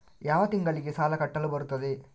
ಯಾವ ತಿಂಗಳಿಗೆ ಸಾಲ ಕಟ್ಟಲು ಬರುತ್ತದೆ?